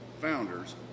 founders